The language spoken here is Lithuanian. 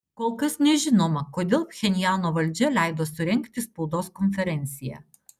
kol kas nežinoma kodėl pchenjano valdžia leido surengti spaudos konferenciją